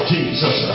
Jesus